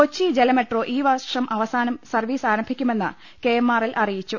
കൊച്ചി ജലമെട്രോ ഈ വർഷം അവസാനം സർവീസ് ആരംഭിക്കുമെന്ന് കെ എം ആർ എൽ അറിയിച്ചു